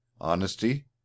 Honesty